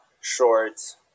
shorts